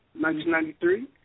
1993